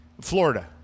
Florida